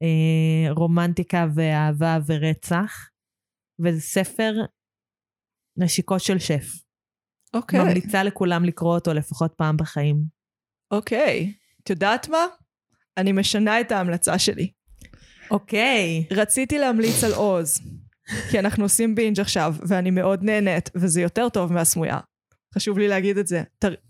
אה, רומנטיקה ואהבה ורצח, וזה ספר נשיקות של שף. אוקיי. ממליצה לכולם לקרוא אותו לפחות פעם בחיים. אוקיי. את יודעת מה? אני משנה את ההמלצה שלי. אוקיי. רציתי להמליץ על עוז, כי אנחנו עושים בינג' עכשיו, ואני מאוד נהנית, וזה יותר טוב מהסמויה. חשוב לי להגיד את זה. תר-